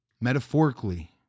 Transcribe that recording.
metaphorically